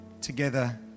together